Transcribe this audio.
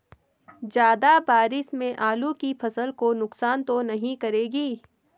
ज़्यादा बारिश मेरी आलू की फसल को नुकसान तो नहीं करेगी?